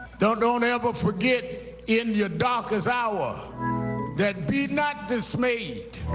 don't don't ever forget in your darkest hour that be not dismayed,